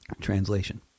Translation